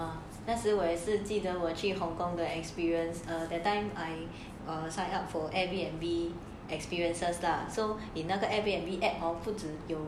uh 那时我也记得我去 hong-kong the experience eh that time I sign up for airbnb experiences lah so the 那个 airbnb add hor 不只